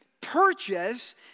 purchase